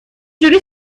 جوری